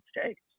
States